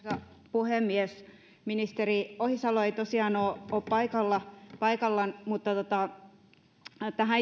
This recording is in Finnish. puhemies ministeri ohisalo ei tosiaan ole paikalla mutta liittyen tähän